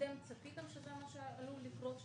אתם צפיתם שזה מה שעלול לקרות,